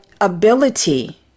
ability